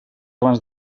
abans